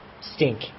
stink